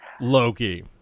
Loki